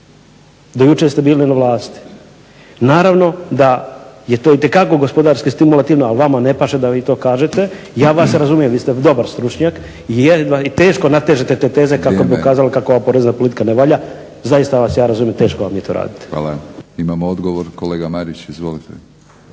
do jučer ste bili na vlasti. Naravno da je to itekako gospodarski stimulativno ali vama ne paše da vi to kažete. Ja vas razumijem, vi ste dobar stručnjak i jedva i teško natežete te teze kako bi ukazali kako ova porezna politika ne valja. Zaista vas ja razumijem teško vam je to raditi. **Batinić, Milorad (HNS)** Hvala. Imamo odgovor, kolega Marić. Izvolite.